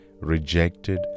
rejected